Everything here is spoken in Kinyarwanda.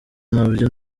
ntabyo